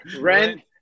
Rent